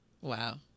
Wow